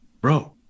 bro